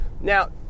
now